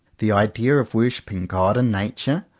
the idea of worshipping god in nature,